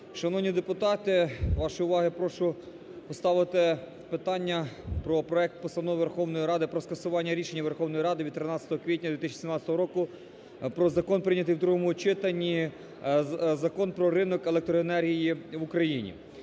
Шановні депутати, до вашої уваги прошу поставити питання про проект Постанови Верховної Ради про скасування рішення Верховної Ради від 13 квітня 2017 року про закон, прийнятий в другому читанні: Закон про ринок електроенергії в Україні